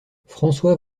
françois